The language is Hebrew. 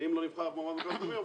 ואם לא נבחר מועמד במכרז פנימי,